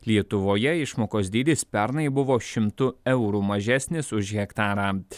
lietuvoje išmokos dydis pernai buvo šimtu eurų mažesnis už hektarą